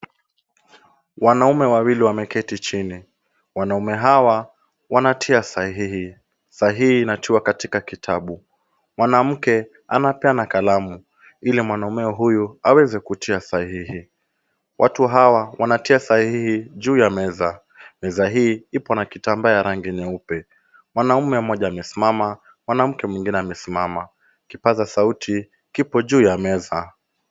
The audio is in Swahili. Wanaume wawili wameketi chini. Wanaume hawa, wanatia sahihi. Sahihi inachukua katika kitabu. Mwanamke, anapeana kalamu, ile mwanamume huyu, aweze kutia sahihi. Watu hawa, wanatia sahihi juu ya meza. Meza hii ipo na kitambaa ya rangi nyeupe. Mwanaume mmoja amesimama, mwanamke mwingine amesimama. Kipaza sauti, kipo juu ya meza.